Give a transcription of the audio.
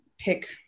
pick